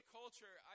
culture